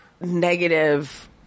negative